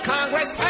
Congress